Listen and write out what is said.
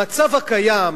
המצב הקיים,